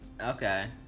Okay